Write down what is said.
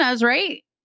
right